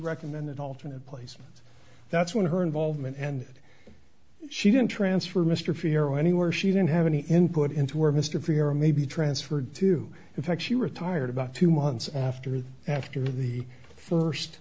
recommended alternate place that's when her involvement and she didn't transfer mr farrow anywhere she didn't have any input into where mr freear may be transferred to in fact she retired about two months after the after the first